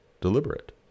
deliberate